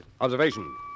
Observation